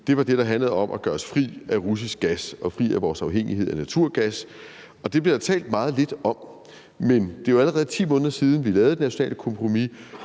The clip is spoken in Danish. del det, der handlede om at gøre os fri af russisk gas og af vores afhængighed af naturgas, og det bliver der talt meget lidt om. Men det er jo allerede 10 måneder siden, vi lavede det nationale kompromis,